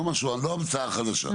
כן, לא משהו, לא המצאה חדשה.